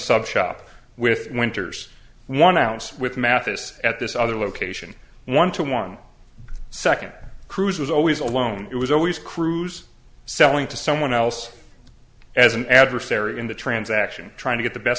sub shop with winters one ounce with mathis at this other location one to one second cruise was always alone it was always cruise selling to someone else as an adversary in the transaction trying to get the best